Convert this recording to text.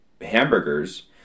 hamburgers